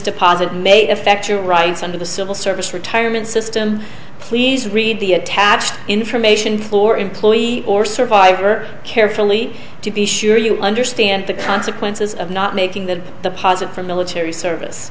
deposit may affect your rights under the civil service retirement system please read the attached information floor employee or survivor carefully to be sure you understand the consequences of not making that the posit for military service